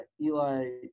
Eli